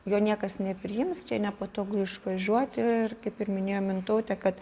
jo niekas nepriims čia nepatogu išvažiuoti ir kaip ir minėjo mintautė kad